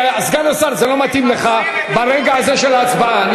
סגן השר, זה לא מתאים לך ברגע הזה של ההצבעה.